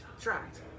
tracked